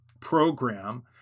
program